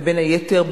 ובין היתר,